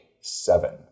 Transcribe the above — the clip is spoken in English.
seven